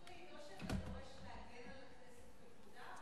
או שאתה דורש להגן על הכנסת וכבודה,